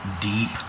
deep